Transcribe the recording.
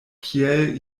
kiel